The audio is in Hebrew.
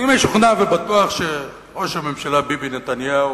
אני משוכנע ובטוח שראש הממשלה ביבי נתניהו